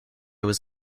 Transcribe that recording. was